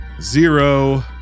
zero